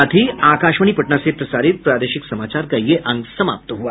इसके साथ ही आकाशवाणी पटना से प्रसारित प्रादेशिक समाचार का ये अंक समाप्त हुआ